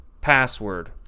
password